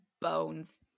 bones